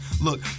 Look